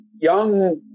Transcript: young